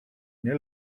nie